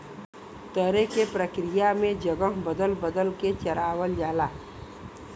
तरे के प्रक्रिया में जगह बदल बदल के चरावल जाला